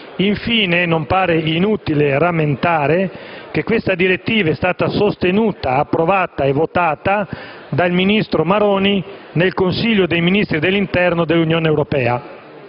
Infine, non pare inutile rammentare che questa direttiva è stata sostenuta, approvata e votata dal ministro Maroni nel Consiglio dei ministri dell'interno dell'Unione europea.